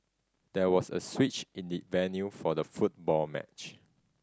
there was a switch in the venue for the football match